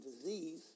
disease